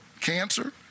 cancer